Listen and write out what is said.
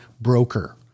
broker